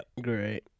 Great